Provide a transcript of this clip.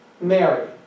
Mary